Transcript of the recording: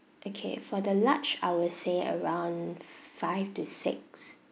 okay for the large I will say around f~ five to six